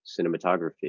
cinematography